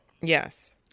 Yes